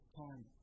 time